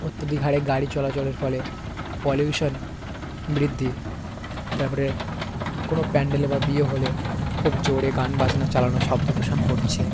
অত্যধিক হারে গাড়ি চলাচলের ফলে পলিউশন বৃদ্ধি তারপরে কোনো প্যান্ডেলে বা বিয়ে হলে খুব জোরে গান বাজনা চালানো শব্দ দূষণ করছে